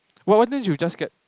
why why don't you just get